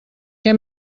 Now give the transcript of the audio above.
què